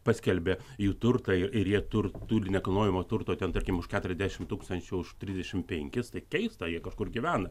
paskelbė jų turtą ir jie tur tur nekilnojamo turto ten tarkim už keturiasdešimt tūkstančių už trisdešimt penkis keista jie kažkur gyvena